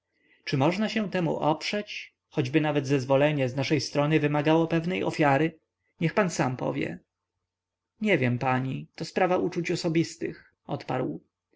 czy można się temu oprzeć choćby nawet zezwolenie z naszej strony wymagało pewnej ofiary niech pan sam powie nie wiem pani to sprawa uczuć osobistych odparł